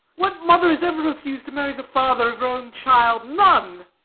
what mother has ever refused to marry the father of her own child? none.